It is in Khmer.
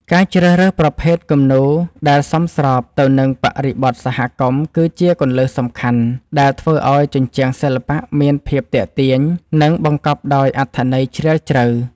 ការជ្រើសរើសប្រភេទគំនូរដែលសមស្របទៅនឹងបរិបទសហគមន៍ គឺជាគន្លឹះសំខាន់ដែលធ្វើឱ្យជញ្ជាំងសិល្បៈមានភាពទាក់ទាញ និងបង្កប់ដោយអត្ថន័យជ្រាលជ្រៅ។